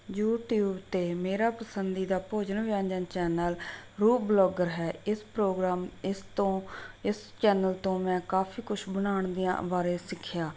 YouTube 'ਤੇ ਮੇਰਾ ਪਸੰਸੀਦਾ ਭੋਜਨ ਵਿਅੰਜਨ ਚੈਨਲ ਰੂਪ ਵਲੋਗਰ ਹੈ ਇਸ ਪ੍ਰੋਗਰਾਮ ਇਸ ਤੋਂ ਇਸ ਚੈਨਲ ਤੋਂ ਮੈਂ ਕਾਫੀ ਕੁਛ ਬਣਾਉਣ ਦੀਆਂ ਬਾਰੇ ਸਿੱਖਿਆ